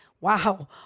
wow